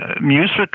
music